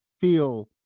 feel